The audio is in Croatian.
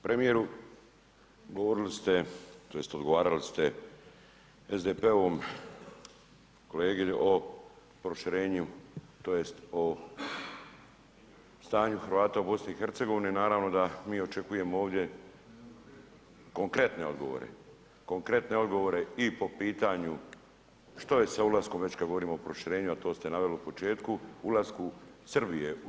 Premijeru, govorili ste tj. odgovarali ste SDP-ovom kolegi o proširenju tj. o stanju Hrvata u BiH, naravno da mi očekujemo ovdje konkretne odgovore, konkretne odgovore i po pitanju što je sa ulaskom, već kada govorimo o proširenju, a to ste naveli u početku, ulasku Srbije u EU?